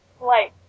Light